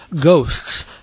ghosts